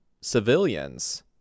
civilians